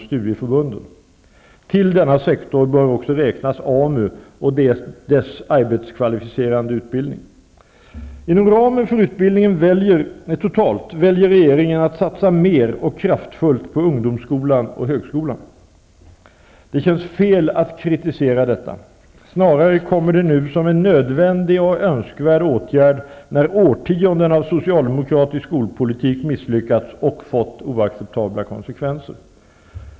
Till denna sektor bör också räknas AMU och dess arbetskvalificerande utbildning. Inom ramen för utbildningen totalt väljer regeringen att satsa mer och kraftfullt på ungdomsskolan och högskolorna. Det känns fel att kritisera detta. Det kommer snarare som en nödvändig och önskvärd åtgärd när årtionden av socialdemokratisk skolpolitik misslyckats och fått oacceptabla konsekvenser.